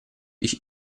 ich